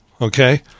okay